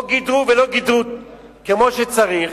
או גידרו ולא גידרו כמו שצריך,